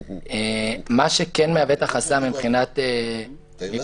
מה שכן מהווה את החסם מבחינת --- או,